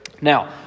Now